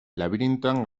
labirintoan